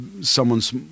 someone's